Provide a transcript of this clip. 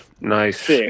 nice